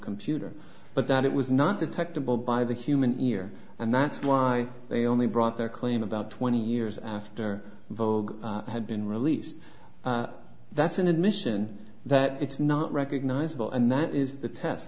computer but that it was not detectable by the human ear and that's why they only brought their claim about twenty years after vogue had been released that's an admission that it's not recognizable and that is the test